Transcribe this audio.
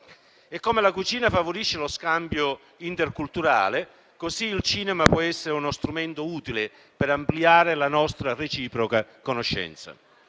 Come la cucina favorisce lo scambio interculturale, così il cinema può essere uno strumento utile per ampliare la nostra reciproca conoscenza.